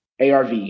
arv